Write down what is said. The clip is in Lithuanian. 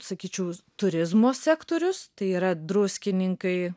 sakyčiau turizmo sektorius tai yra druskininkai